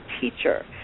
teacher